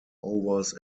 overs